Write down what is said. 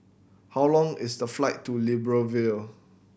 how long is the flight to Libreville